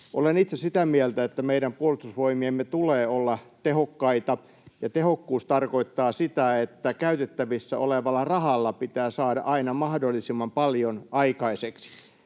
Olen itse sitä mieltä, että meidän puolustusvoimiemme tulee olla tehokkaat, ja tehokkuus tarkoittaa sitä, että käytettävissä olevalla rahalla pitää saada aina mahdollisimman paljon aikaiseksi.